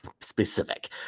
Specific